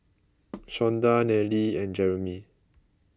Shonda Nellie and Jerimy